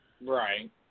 Right